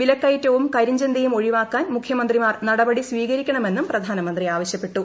വിലക്കയറ്റവും കരിഞ്ചന്തയും ഒഴിവാക്കാൻ മുഖ്യമന്ത്രിമാർ നടപടി സ്വീകരിക്കണമെന്നും പ്രധാനമന്ത്രി ആവശ്യപ്പെട്ടു